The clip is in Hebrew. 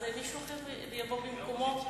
מישהו אחר יבוא במקומו.